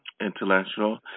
intellectual